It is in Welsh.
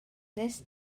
wnest